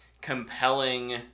compelling